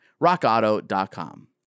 rockauto.com